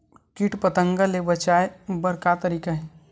कीट पंतगा ले बचाय बर का तरीका हे?